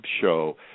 show